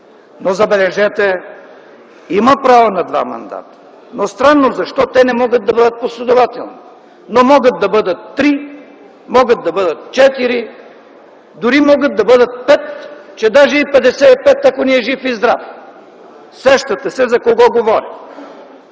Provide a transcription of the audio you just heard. Но, забележете, има право на два мандата, но странно защо те не могат да бъдат последователни, но могат да бъдат три, могат да бъдат четири, дори могат да бъдат пет, че даже и петдесет и пет, ако ни е жив и здрав. Сещате се за кого говоря.